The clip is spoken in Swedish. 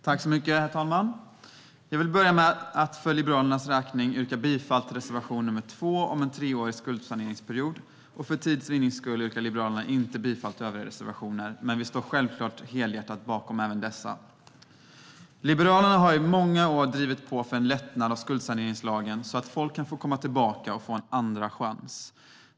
Herr talman! Jag vill börja med att yrka bifall till reservation 2 om en treårig skuldsaneringsperiod. För tids vinning yrkar jag inte bifall till övriga reservationer från Liberalerna men står självklart helhjärtat bakom även dessa. Liberalerna har i många år drivit på för en lättnad av skuldsaneringslagen så att folk kan få komma tillbaka och få en andra chans.